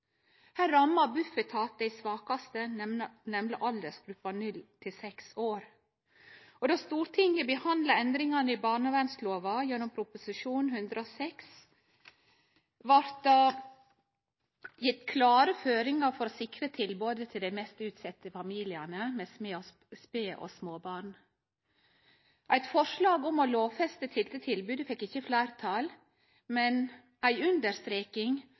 Her rammar Bufetat dei svakaste, nemleg aldersgruppa 0–6 år. Då Stortinget behandla endringane i barnevernlova gjennom Prop. 106, blei det gjeve klare føringar for å sikre tilbodet til dei mest utsette familiane med spedbarn og småbarn. Eit forslag om å lovfeste dette tilbodet fekk ikkje fleirtal, men ei understreking